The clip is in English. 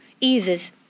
eases